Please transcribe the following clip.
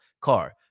car